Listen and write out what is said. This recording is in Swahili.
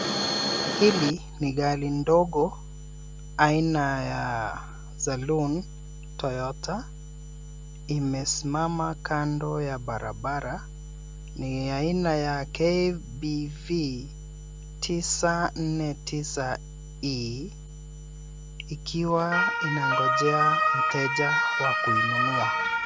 Hili ni gari ndogo aina ya Salon Toyota. Imesimama kando ya barabara ni aina ya KBV 949E ikiwa inangojea mteja wa kuinunua.